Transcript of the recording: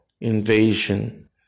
invasion